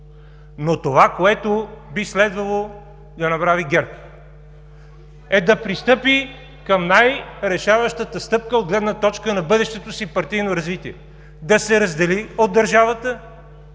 Това, което би следвало да направи ГЕРБ, е да пристъпи към най-решаващата стъпка от гледна точка на бъдещото си партийно развитие – да се раздели от държавата,